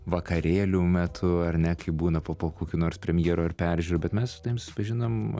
vakarėlių metu ar ne kaip būna po kokių nors premjerų ir peržiūrų bet mes su tavim susipažinom